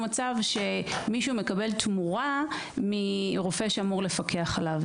מצב שמישהו מקבל תמורה מרופא שאמור לפקח עליו.